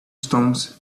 stones